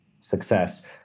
success